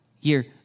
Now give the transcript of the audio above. year